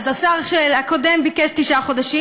אז השר הקודם ביקש תשעה חודשים,